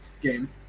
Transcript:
game